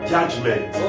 Judgment